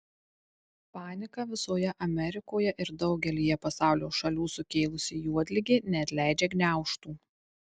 paniką visoje amerikoje ir daugelyje pasaulio šalių sukėlusi juodligė neatleidžia gniaužtų